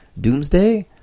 Doomsday